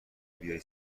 بیای